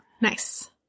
Nice